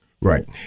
Right